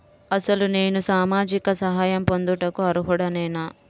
అసలు నేను సామాజిక సహాయం పొందుటకు అర్హుడనేన?